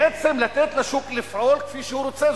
בעצם לתת לשוק לפעול כפי שהוא רוצה.